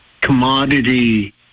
commodity